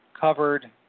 covered